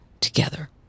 together